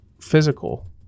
Physical